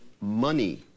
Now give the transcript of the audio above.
money